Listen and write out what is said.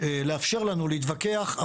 לאפשר לנו להתווכח,